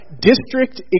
District